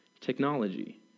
Technology